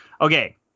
Okay